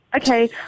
okay